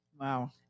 Wow